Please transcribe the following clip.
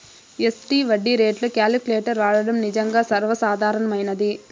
SD వడ్డీ రేట్లు calculator వాడడం నిజంగా సర్వసాధారణమైనది